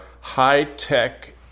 high-tech